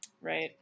Right